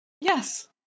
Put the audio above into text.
Yes